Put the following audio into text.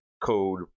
code